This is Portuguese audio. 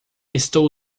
estou